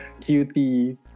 cutie